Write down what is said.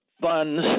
funds